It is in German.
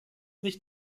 nicht